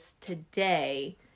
today